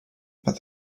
but